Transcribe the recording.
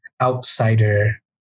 outsider